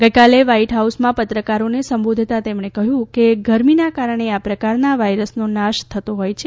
ગઇકાલે વ્હાઇટ હાઉસમાં પત્રકારોને સંબોધતા તેમણે કહ્યું કે ગરમીના કારણે આ પ્રકારના વાયરસનો નાશ થતો હોય છે